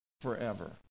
forever